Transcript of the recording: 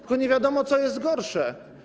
Tylko nie wiadomo, co jest gorsze.